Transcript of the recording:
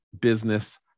business